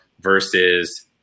versus